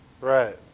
right